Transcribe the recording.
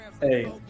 Hey